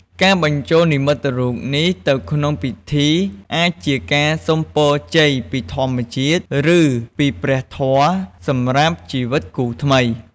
ការបញ្ចូលនិមិត្តរូបនេះទៅក្នុងពិធី អាចជាការសុំពរជ័យពីធម្មជាតិ ឬពីព្រះធម៌ សម្រាប់ជីវិតគូថ្មី។